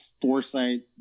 foresight